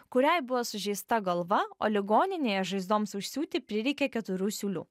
kuriai buvo sužeista galva o ligoninėje žaizdoms užsiūti prireikė keturių siūlių